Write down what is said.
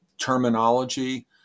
terminology